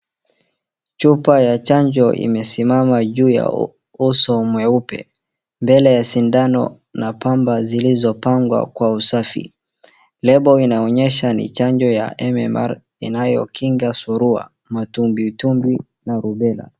Chupa ya chanjo imesamama juu ya uso mweupe, mbele ya sindano na pamba zilizopangwa kwa usafi. Label inaonyesha ni chanjo ya MMR inayokinga Surua, Matubwitumbwi na Rubela.